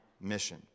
mission